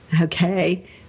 Okay